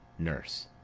nurse.